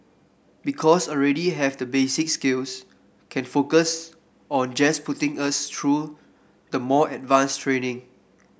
because already have the basic skills can focus on just putting us through the more advanced training